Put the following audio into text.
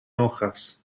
hojas